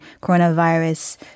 coronavirus